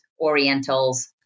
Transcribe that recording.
Orientals